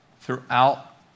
throughout